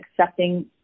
accepting